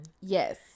Yes